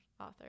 author